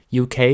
UK